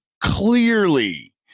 clearly